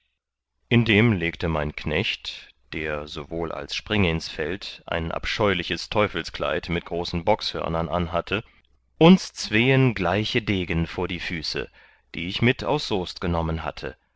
indem legte mein knecht der sowohl als springinsfeld ein abscheuliches teufelskleid mit großen bockshörnern anhatte uns zween gleiche degen vor die füße die ich mit aus soest genommen hatte